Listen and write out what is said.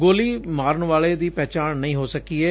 ਗੋਲੀ ਮਾਰਨ ਵਾਲੇ ਦੀ ਪਹਿਚਾਣ ਨਹੀਂ ਹੋ ਸਕੀ ਏ